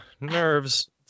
nerves